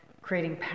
creating